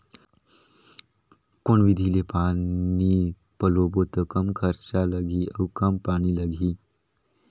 कौन विधि ले पानी पलोबो त कम खरचा लगही अउ कम पानी लगही?